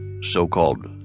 so-called